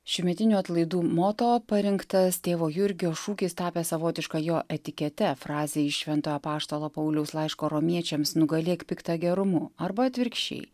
šiųmetinių atlaidų moto parinktas tėvo jurgio šūkis tapęs savotiška jo etikete frazė iš šventojo apaštalo pauliaus laiško romiečiams nugalėk pikta gerumu arba atvirkščiai